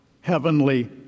heavenly